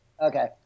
Okay